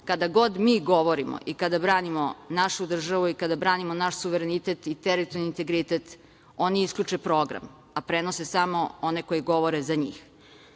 kada god mi govorimo i kada branimo našu državu i kada branimo naš suverenitet i teritorijalni integritet, oni isključe program, a prenose samo one koji govore za njih. Kada